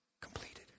completed